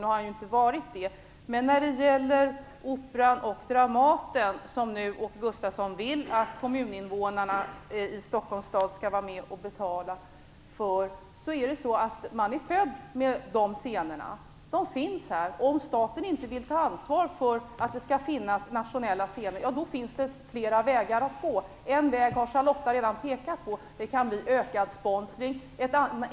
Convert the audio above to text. Men han har ju inte varit med hela tiden. Stockholms stad skall vara med och betala för Operan och Dramaten. Men i Stockholm är man född med dessa scener. De finns här. Om staten inte vill ta ansvar för att det skall finnas nationella scener, då finns det flera vägar att gå. En väg har Charlotta L Bjälkebring pekat på, nämligen ökad sponsring.